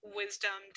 wisdom